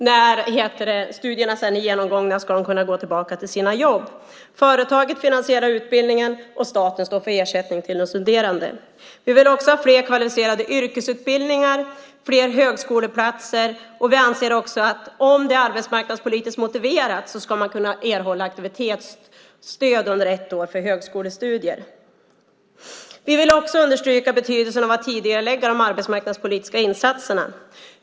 När studierna sedan är genomgångna ska de kunna gå tillbaka till sina jobb. Företaget finansierar utbildningen, och staten står för ersättning till de studerande. Vi vill också ha fler kvalificerade yrkesutbildningar och fler högskoleplatser. Vi anser också att om det är arbetsmarknadspolitiskt motiverat ska man kunna erhålla aktivitetsstöd under ett år för högskolestudier. Vi vill också understryka betydelsen av att tidigarelägga de arbetsmarknadspolitiska insatserna.